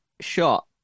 shot